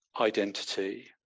identity